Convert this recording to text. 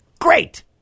great